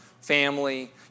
family